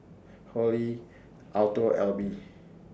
Holli Alto Alby